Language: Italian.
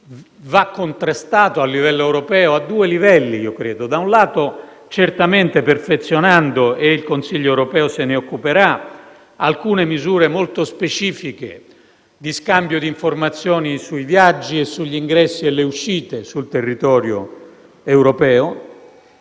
va contrastato a livello europeo su due piani. Da un lato, certamente perfezionando - e il Consiglio europeo se ne occuperà - alcune misure molto specifiche di scambio di informazioni sui viaggi e sugli ingressi e le uscite sul territorio europeo;